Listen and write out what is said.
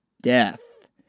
death